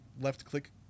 left-click